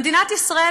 במדינת ישראל,